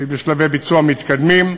שהיא בשלבי ביצוע מתקדמים,